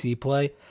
play